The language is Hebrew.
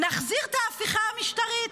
נחזיר את ההפיכה המשטרית,